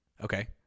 Okay